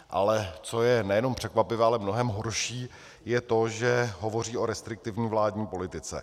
Ale co je nejenom překvapivé, ale mnohem horší, je to, že hovoří o restriktivní vládní politice.